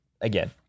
again